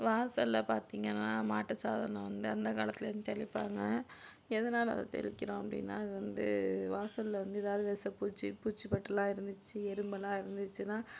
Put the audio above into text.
வாசலில் பார்த்தீங்கனா மாட்டு சாணம் வந்து அந்த காலத்தில் இருந்து தெளிப்பாங்க எதனால் அதை தெளிக்கிறோம் அப்படினா அதுவந்து வாசலில் வந்து ஏதாவது விஷ பூச்சி பூச்சிபொட்டுல்லாம் இருந்துச்சு எறும்புல்லாம் இருந்துச்சுன்னா